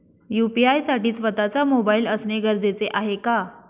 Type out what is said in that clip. UPI साठी स्वत:चा mobile असणे गरजेचे आहे का?